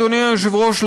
אדוני היושב-ראש,